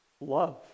love